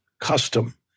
custom